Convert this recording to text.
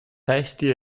testi